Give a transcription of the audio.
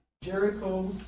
Jericho